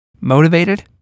Motivated